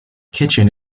kitchen